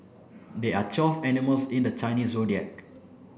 there are twelve animals in the Chinese Zodiac